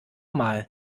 mal